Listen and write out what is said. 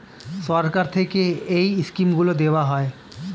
সরকার থেকে এই স্কিমগুলো দেওয়া হয়